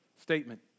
statement